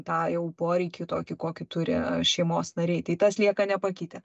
tą jau poreikį tokį kokį turi šeimos nariai tai tas lieka nepakitę